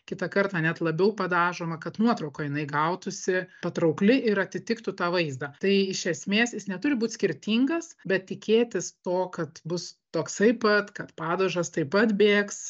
kitą kartą net labiau padažoma kad nuotraukoj jinai gautųsi patraukli ir atitiktų tą vaizdą tai iš esmės jis neturi būt skirtingas bet tikėtis to kad bus toksai pat kad padažas taip pat bėgs